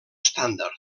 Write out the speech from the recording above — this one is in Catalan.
estàndard